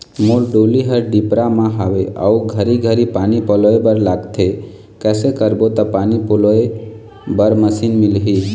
मोर डोली हर डिपरा म हावे अऊ घरी घरी पानी पलोए बर लगथे कैसे करबो त पानी पलोए बर मशीन मिलही?